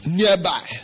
nearby